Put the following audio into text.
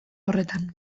horretan